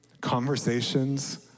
conversations